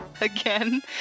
again